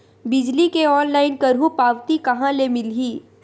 बिजली के ऑनलाइन करहु पावती कहां ले मिलही?